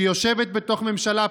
שיושבת בתוך ממשלה,